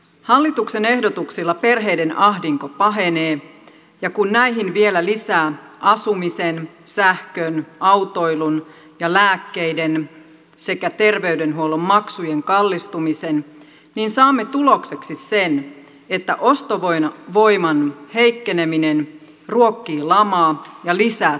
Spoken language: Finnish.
hallituksen ehdotuksilla perheiden ahdinko pahenee ja kun näihin vielä lisää asumisen sähkön autoilun ja lääkkeiden sekä terveydenhuollon maksujen kallistumisen niin saamme tulokseksi sen että ostovoiman heikkeneminen ruokkii lamaa ja lisää työttömyyttä